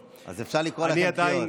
אז אפשר לקרוא אתכם בקריאות.